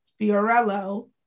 Fiorello